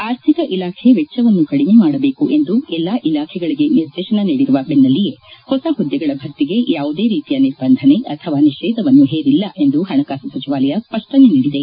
ಆರ್ಥಿಕ ಇಲಾಖೆ ವೆಚ್ಚವನ್ನು ಕಡಿಮೆ ಮಾಡಬೇಕು ಎಂದು ಎಲ್ಲಾ ಇಲಾಖೆಗಳಿಗೆ ನಿರ್ದೇಶನ ನೀದಿರುವ ಬೆನ್ನೆಲ್ಲಿಯೇ ಹೊಸ ಹುದ್ದೆಗಳ ಭರ್ತಿಗೆ ಯಾವುದೇ ರೀತಿಯ ನಿರ್ಬಂಧನೆ ಅಥವಾ ನಿಷೇಧವನ್ನು ಹೇರಿಲ್ಲ ಎಂದು ಹಣಕಾಸು ಸಚಿವಾಲಯ ಸ್ಪಷ್ಟನೆ ನೀಡಿದೆ